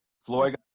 Floyd